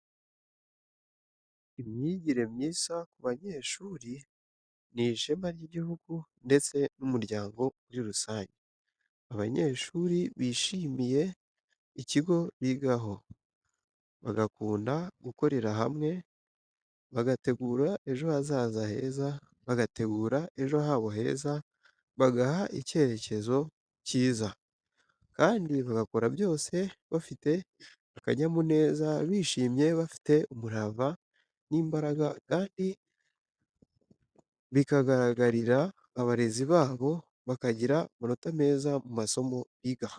Imyigire myiza ku banyeshuri ni ishema ry'igihugu ndetse n'umuryango muri rusange. Abanyeshuri bishimiye ikigo bigaho, bagakunda gukorera hamwe, bagategura ejo hazaza heza, bagategura ejo habo heza bagaha icyerekezo kiza. Kandi bagakora byose bafite akanyamuneza bishimye, bafite umurava n'imbaraga kandi bikagaragarira abarezi babo, bakagira amanota meza mu masomo biga.